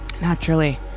Naturally